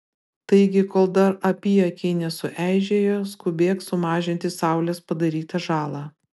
taigi kol dar apyakiai nesueižėjo skubėk sumažinti saulės padarytą žalą